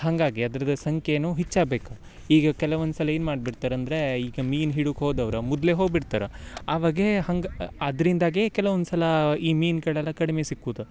ಹಾಗಾಗಿ ಅದ್ರದ್ದು ಸಂಖ್ಯೆನೂ ಹಿಚ್ಚಾಗ್ಬೇಕು ಈಗ ಕೆಲವೊಂದು ಸಲ ಏನು ಮಾಡ್ಬಿಡ್ತಾರೆ ಅಂದರೆ ಈಗ ಮೀನು ಹಿಡಿಯುಕ್ಕೆ ಹೋದವ್ರು ಮುದ್ಲೆ ಹೋಗ್ಬಿಡ್ತಾರೆ ಆವಾಗೇ ಹಂಗೆ ಅದ್ರಿಂದಾಗೆ ಕೆಲವೊಂದು ಸಲ ಈ ಮೀನ್ಗಳಲ್ಲ ಕಡ್ಮೆ ಸಿಕ್ಕುದು